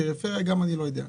והפריפריה גם אני לא יודע.